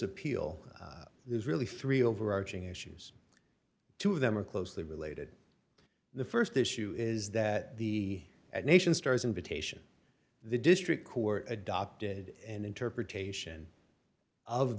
appeal there's really three overarching issues two of them are closely related the st issue is that the nation's stars invitation the district court adopted an interpretation of